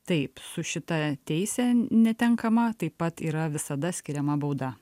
taip su šita teise netenkama taip pat yra visada skiriama bauda